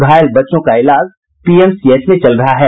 घायल बच्चों का इलाज पीएमसीएच में चल रहा है